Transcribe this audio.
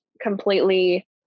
completely